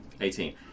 Eighteen